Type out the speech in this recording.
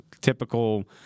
Typical –